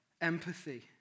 Empathy